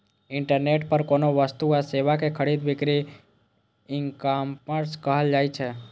internet पर कोनो वस्तु आ सेवा के खरीद बिक्री ईकॉमर्स कहल जाइ छै